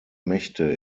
mächte